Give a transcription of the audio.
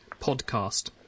podcast